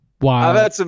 Wow